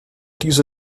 diese